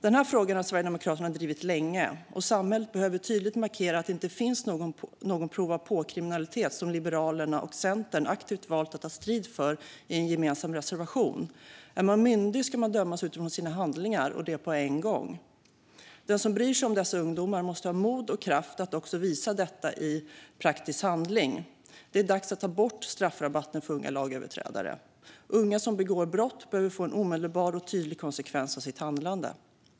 Denna fråga har Sverigedemokraterna drivit länge, och samhället behöver tydligt markera att det inte finns någon prova-på-kriminalitet, vilket Liberalerna och Centern aktivt valt att ta strid för i en gemensam reservation. Är man myndig ska man dömas utifrån sina handlingar och det på en gång. Den som bryr sig om dessa ungdomar måste ha mod och kraft att också visa detta i praktisk handling. Det är dags att ta bort straffrabatten för unga lagöverträdare. Unga som begår brott behöver få ta en omedelbar och tydlig konsekvens av sitt handlande.